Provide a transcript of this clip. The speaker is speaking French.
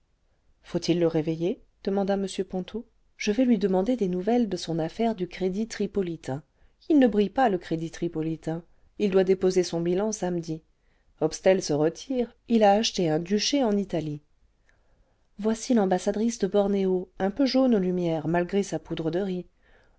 faut-il le réveiller demanda m ponto je vais lui demander des nouvelles de son affaire du crédit tripolitain il ne brille pas le crédit tripobtain il doit déposer son bilan samedi hopstel se retire il a acheté un duché en itabe voici l'ambassadrice de bornéo un peu jaune aux lumières malgré sa j oudre de riz